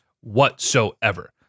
whatsoever